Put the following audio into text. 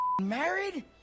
married